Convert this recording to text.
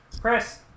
Chris